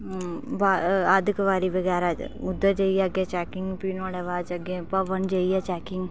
अद्द कुवारी बगैरा उद्धर जाइये अग्गै चैकिंग फ्ही नुआढ़े बाद भवन जाइयै चैकिंग